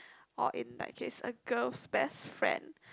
or in that case a girl's best friend